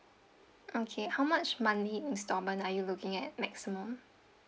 okay how much monthly installment are you looking at maximum